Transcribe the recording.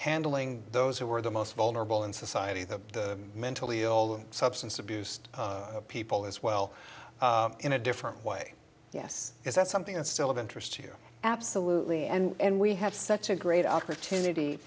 handling those who were the most vulnerable in society the mentally ill substance abuse people as well in a different way yes because that's something that's still of interest here absolutely and we have such a great opportunity